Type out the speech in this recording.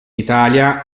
italia